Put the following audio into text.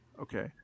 Okay